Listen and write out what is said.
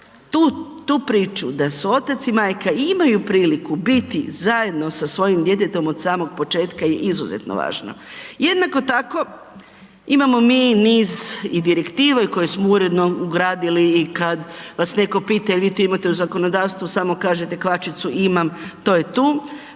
tu priču da su otac i majka imaju priliku biti zajedno sa svojim djetetom od samog početka je izuzetno važno. Jednako tako, imamo mi niz i direktiva i koje smo uredno ugradili i kad vas netko pita je li vi to imate u zakonodavstvu, samo kažete kvačicu, imam, to je tu,